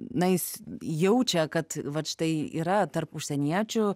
na jis jaučia kad vat štai yra tarp užsieniečių